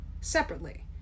separately